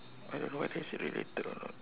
I don't know whether is it related or not